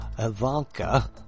Ivanka